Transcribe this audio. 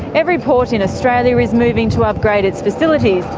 every port in australia is moving to upgrade its facilities,